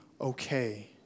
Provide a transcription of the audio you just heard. okay